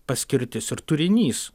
paskirtis ir turinys